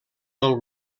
del